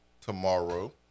tomorrow